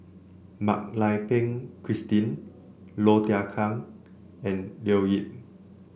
Mak Lai Peng Christine Low Thia Khiang and Leo Yip